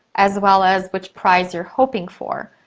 as well as which prize you're hoping for.